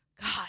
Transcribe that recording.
God